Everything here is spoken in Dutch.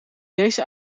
deze